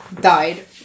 died